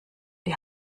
die